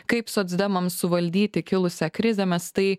kaip socdemams suvaldyti kilusią krizę mes tai